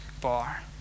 bar